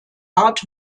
art